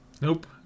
Nope